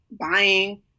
buying